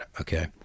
Okay